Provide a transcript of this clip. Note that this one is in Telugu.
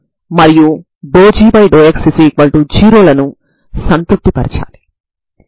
కాబట్టి మీ అవగాహన కోసం ఈ గణనలను కలిగి ఉండటం మంచిది